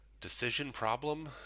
DecisionProblem